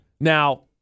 Now